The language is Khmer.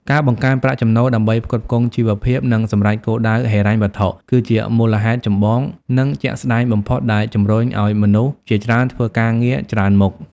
ការបង្កើនប្រាក់ចំណូលដើម្បីផ្គត់ផ្គង់ជីវភាព និងសម្រេចគោលដៅហិរញ្ញវត្ថុ គឺជាមូលហេតុចម្បង និងជាក់ស្តែងបំផុតដែលជំរុញឱ្យមនុស្សជាច្រើនធ្វើការងារច្រើនមុខ។